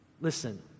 Listen